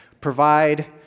provide